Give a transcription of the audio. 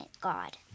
God